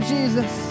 Jesus